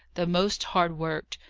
the most hard-worked,